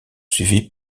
suivis